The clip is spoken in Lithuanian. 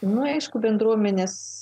na aišku bendruomenės